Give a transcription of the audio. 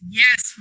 yes